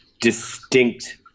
distinct